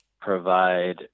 provide